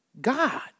God